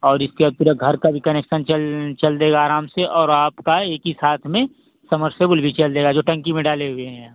और इसके अतिरिक्त घर का भी कनेक्शन चल चल देगा आराम से और आपका एक ही साथ में समरसीवर भी चल जाएगा जो टंकी में डाले हुए हैं